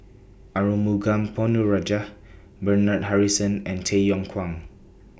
Arumugam Ponnu Rajah Bernard Harrison and Tay Yong Kwang